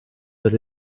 that